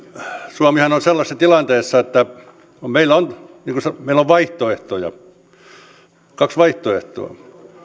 suomihan on sellaisessa tilanteessa että meillä on kaksi vaihtoehtoa